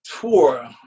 tour